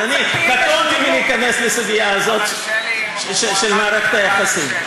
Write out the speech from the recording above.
אבל אני קטונתי מלהיכנס לסוגיה הזאת של מערכת היחסים.